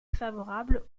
favorable